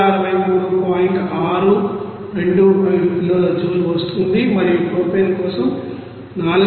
625 కిలోల జూల్ వస్తోంది మరియు ప్రొపేన్ కోసం 4705